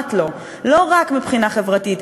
משוועת לו לא רק מבחינה חברתית,